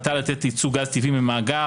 החלטה בעניין היתר לייצוא גז טבעי ממאגר,